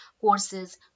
courses